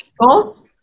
goals